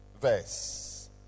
verse